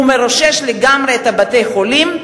הוא מרושש לגמרי את בתי-החולים,